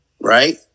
right